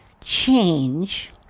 change